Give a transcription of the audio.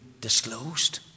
disclosed